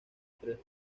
tres